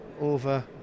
over